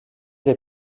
les